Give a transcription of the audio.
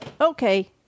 Okay